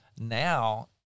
Now